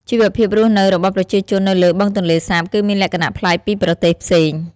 ជីវភាពរស់នៅរបស់ប្រជាជននៅលើបឹងទន្លេសាបគឺមានលក្ខណៈផ្លែកពីប្រទេសផ្សេង។